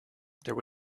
there